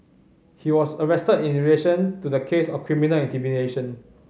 he was arrested in relation to the case of criminal intimidation